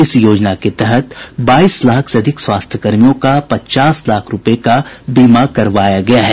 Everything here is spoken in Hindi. इस योजना के तहत बाईस लाख से अधिक स्वास्थ्यकर्मियों का पचास लाख रूपये का बीमा करवाया गया है